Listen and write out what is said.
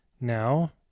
now